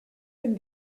ben